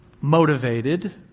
motivated